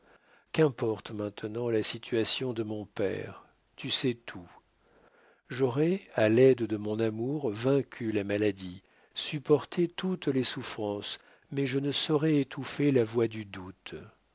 qu'importe maintenant la situation de mon père tu sais tout j'aurais à l'aide de mon amour vaincu la maladie supporté toutes les souffrances mais je ne saurais étouffer la voix du doute